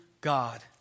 God